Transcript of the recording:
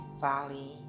Valley